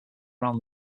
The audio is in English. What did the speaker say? around